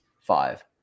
five